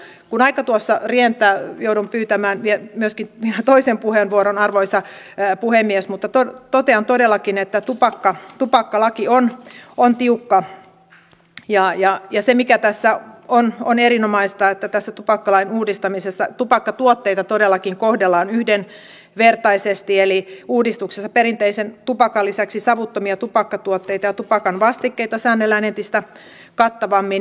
kun aika tuossa rientää joudun pyytämään myöskin toisen puheenvuoron arvoisa puhemies mutta totean todellakin että tupakkalaki on tiukka ja se mikä tässä on erinomaista on se että tässä tupakkalain uudistamisessa tupakkatuotteita kohdellaan yhdenvertaisesti eli uudistuksessa perinteisen tupakan lisäksi savuttomia tupakkatuotteita ja tupakanvastikkeita säännellään entistä kattavammin